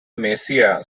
messiah